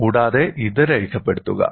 കൂടാതെ ഇത് രേഖപ്പെടുത്തുക